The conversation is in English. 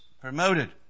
promoted